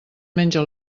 menja